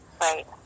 Right